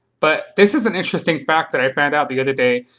but this is an interesting fact that i found out the other day.